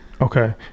Okay